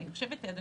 אני חושבת שמה